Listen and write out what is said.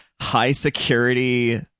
high-security